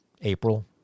April